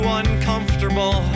uncomfortable